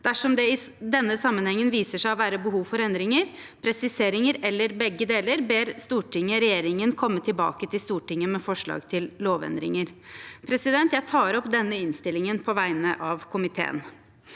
Dersom det i denne sammenheng viser seg å være behov for endringer, presiseringer eller begge deler, ber Stortinget regjeringen komme tilbake til Stortinget med forslag til lovendringer.» Jeg anbefaler innstillingen på vegne av komiteen.